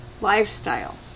lifestyle